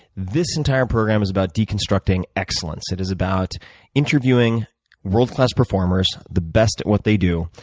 this entire program is about deconstructing excellence. it is about interviewing world class performers, the best at what they do,